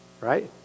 right